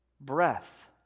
Breath